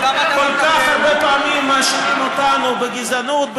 אתם כל כך הרבה פעמים מאשימים אותנו בגזענות,